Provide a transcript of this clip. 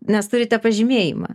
nes turite pažymėjimą